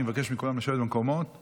ההצעה להעביר את הצעת חוק התכנון והבנייה